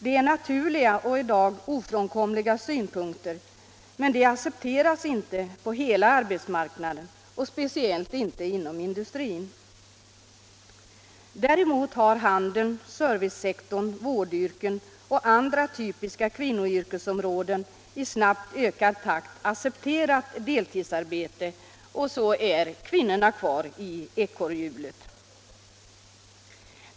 Detta är naturliga och i dag ofrånkomliga synpunkter, men de accepteras inte på hela arbetsmarknaden, speciellt inte inom industrin. Däremot har handeln, servicesektorn, vårdyrkena och andra typiska kvinnoyrkesområden i snabbt ökad takt accepterat deltidsarbete, och så är kvinnorna kvar i ekorrhjulet.